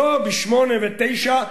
ולא בשמיני ובתשיעי,